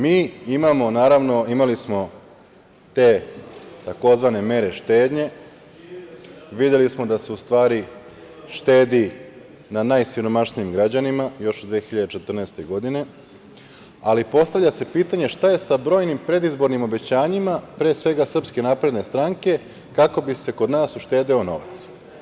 Mi, imamo, naravno, imali smo, te tzv. mere štednje, videli smo da se u stvari štedi na najsiromašnijim građanima, još od 2014. godine, ali postavlja se pitanje šta je sa brojnim predizbornim obećanjima, pre svega SNS, kako bi se kod nas uštedeo novac.